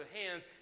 hands